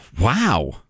Wow